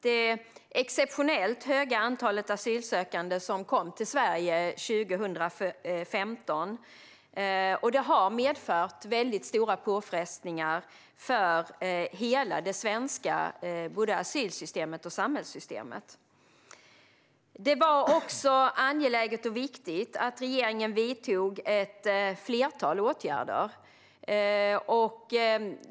Det exceptionellt höga antalet asylsökande som kom till Sverige 2015 har medfört stora påfrestningar på både det svenska asylsystemet och samhällssystemet. Det var angeläget och viktigt att regeringen vidtog ett flertal åtgärder.